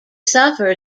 suffer